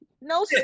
No